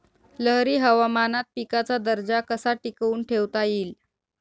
लहरी हवामानात पिकाचा दर्जा कसा टिकवून ठेवता येईल?